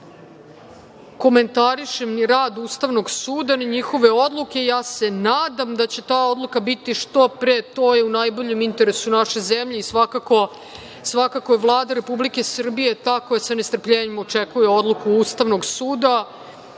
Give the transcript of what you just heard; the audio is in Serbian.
komentarišem ni rad Ustavnog suda, ni njihove oduke. Ja se nadam da će ta odluka biti što pre. To je u najboljem interesu naše zemlje i svakako je Vlada Republike Srbije ta koja sa nestrpljenjem očekuje odluku Ustavnog